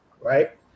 Right